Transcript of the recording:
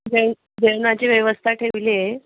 जे जेवणाची व्यवस्था ठेवली आहे